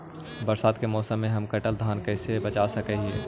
बरसात के मौसम में हम कटल धान कैसे बचा सक हिय?